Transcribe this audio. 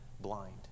blind